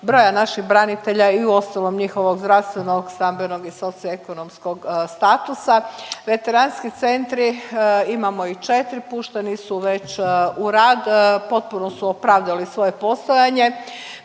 broja naših branitelja i uostalom njihovog zdravstvenog, stambenog i socioekonomskog statusa. Veteranski centri, imamo ih 4, pušteni su već u rad, potpuno su opravdali svoje postojanje,